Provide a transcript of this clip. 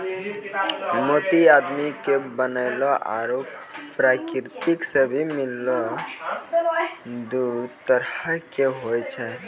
मोती आदमी के बनैलो आरो परकिरति सें मिललो दु तरह के होय छै